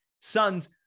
Sons